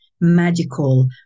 magical